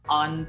on